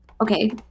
Okay